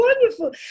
wonderful